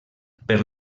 per